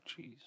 jeez